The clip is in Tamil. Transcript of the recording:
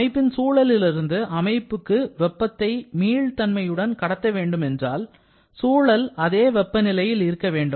அமைப்பின் சூழலிலிருந்து அமைப்புக்கு வெப்பத்தை மீள்தன்மையுடன் கடத்த வேண்டும் என்றால் சூழல் அதே வெப்பநிலையில் இருக்க வேண்டும்